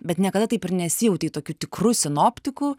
bet niekada taip ir nesijautei tokiu tikru sinoptiku